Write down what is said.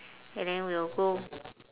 and then we'll go